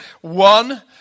One